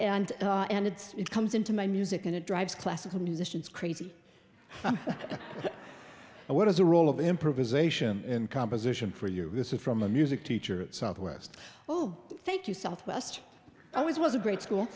and and it's it comes into my music and it drives classical musicians crazy and what is the role of improvisation and composition for you this is from a music teacher at southwest oh thank you southwest always was a great school